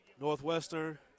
Northwestern